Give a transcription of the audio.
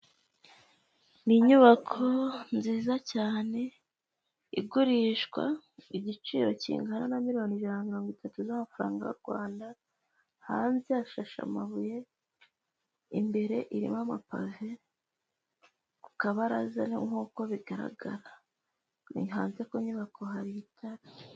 Ni inyubako nziza cyane igurishwa igiciro kingana na miyoni ijana na mirongo itatu z'amafaranga y'u Rwanda, hanze hashashe amabuye, imbere irimo amapave, ku kabaraza nk'uko bigaragara, hanze ku nyubako hari itara.